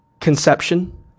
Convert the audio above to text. conception